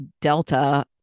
Delta